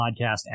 Podcast